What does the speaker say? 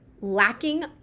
lacking